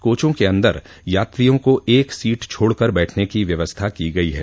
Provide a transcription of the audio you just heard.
कोचों के अन्दर यात्रियों को एक सीट छोड़कर बैठने की व्यवस्था की गई है